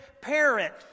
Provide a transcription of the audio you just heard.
parent